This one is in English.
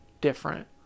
different